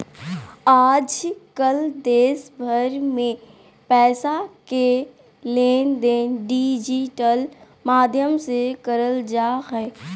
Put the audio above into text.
आजकल देश भर मे पैसा के लेनदेन डिजिटल माध्यम से करल जा हय